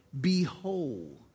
behold